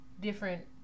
Different